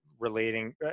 relating